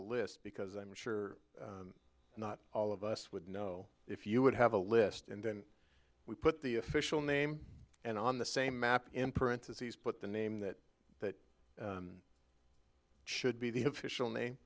a list because i'm sure not all of us would know if you would have a list and then we put the official name and on the same map in parentheses put the name that that should be the official name